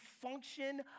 function